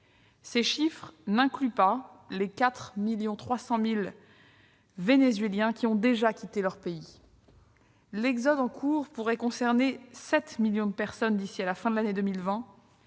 Ces chiffres n'incluent pas les 4,3 millions de Vénézuéliens qui ont déjà quitté leur pays. L'exode en cours pourrait concerner 7 millions de personnes d'ici à la fin de l'année 2020,